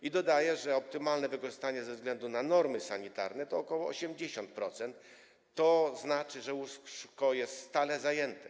I dodaje, że optymalne wykorzystanie ze względu na normy sanitarne to ok. 80%, a to znaczy, że łóżko jest stale zajęte.